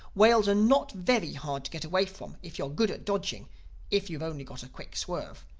whales are not very hard to get away from if you are good at dodging if you've only got a quick swerve.